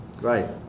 right